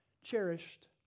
cherished